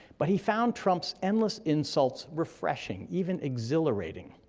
but he found trump's endless insults refreshing, even exhilarating.